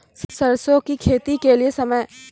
सरसों की खेती के लिए समय?